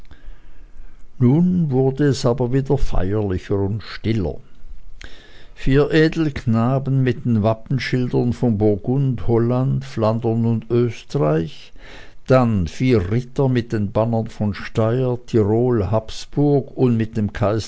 nun wurde es aber wieder feierlicher und stiller vier edelknaben mit den wappenschilden von burgund holland flandern und österreich dann vier ritter mit den bannern von steier tirol habsburg und mit dem